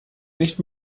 nicht